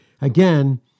again